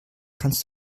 kannst